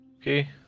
Okay